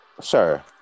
Sir